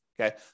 Okay